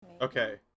Okay